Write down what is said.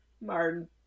Martin